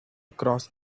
cross